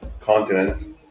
continents